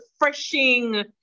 refreshing